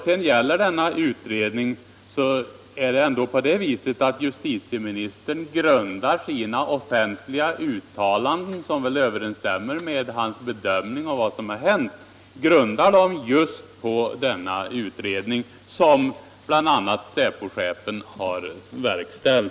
Sedan är det ändå så att justitieministern grundar sina offentliga uttalanden och sin bedömning av vad som hänt just på denna utredning, som bl.a. säpochefen verkställt.